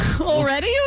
Already